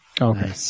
Okay